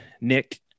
Nick